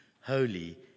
Holy